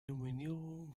nominierungen